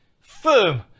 firm